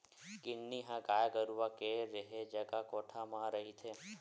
किन्नी ह गाय गरुवा के रेहे जगा कोठा मन म रहिथे